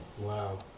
Wow